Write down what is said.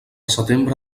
setembre